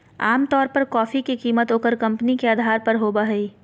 आमतौर पर कॉफी के कीमत ओकर कंपनी के अधार पर होबय हइ